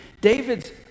David's